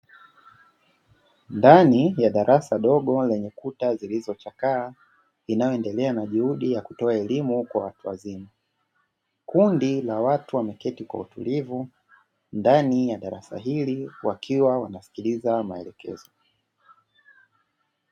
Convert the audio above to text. Ndani ya darasa dogo lenye kuta zilizochakaa inayoendelea na juhudi ya kutoa elimu kwa watu wazima, kundi la watu wameketi kwa utulivu ndani ya darasa hili wakiwa wanasikiliza maelekezo.